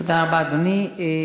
תודה רבה, אדוני.